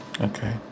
okay